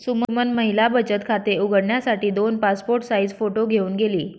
सुमन महिला बचत खाते उघडण्यासाठी दोन पासपोर्ट साइज फोटो घेऊन गेली